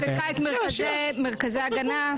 חוקקה את מרכזי ההגנה.